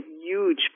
huge